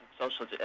social